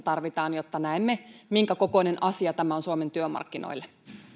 tarvitaan jotta näemme minkä kokoinen asia tämä on suomen työmarkkinoille